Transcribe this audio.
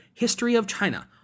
HistoryOfChina